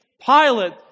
Pilate